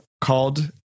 called